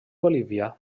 bolívia